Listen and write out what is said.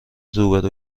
روبرو